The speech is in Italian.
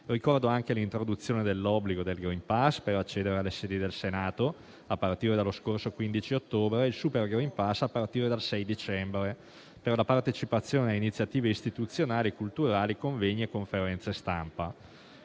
Ricordo l'introduzione dell'obbligo del *green pass* per accedere alle sedi del Senato a partire dallo scorso 15 ottobre e del *super green pass* a partire dal 6 dicembre, per la partecipazione a iniziative istituzionali e culturali, convegni e conferenze stampa.